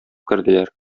керделәр